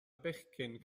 bechgyn